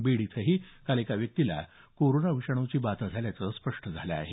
बीड इथंही काल एका व्यक्तीला कोरोना विषाणूची बाधा झाल्याचं स्पष्ट झालं आहे